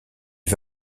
les